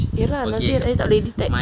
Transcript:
ya lah nanti tak boleh detect